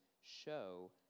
show